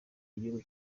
igihugu